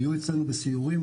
היו אצלנו בסיורים,